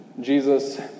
Jesus